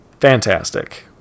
Fantastic